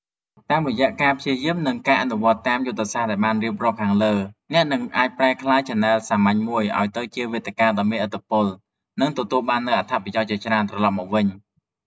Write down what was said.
តាមរយៈការព្យាយាម និងការអនុវត្តតាមយុទ្ធសាស្ត្រដែលបានរៀបរាប់ខាងលើ អ្នកនឹងអាចប្រែក្លាយឆានែលសាមញ្ញមួយឱ្យទៅជាវេទិកាដ៏មានឥទ្ធិពល និងទទួលបាននូវអត្ថប្រយោជន៍ជាច្រើនត្រឡប់មកវិញ។